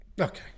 Okay